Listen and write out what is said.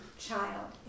child